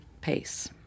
pace